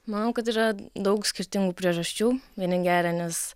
manau kad yra daug skirtingų priežasčių vieni geria nes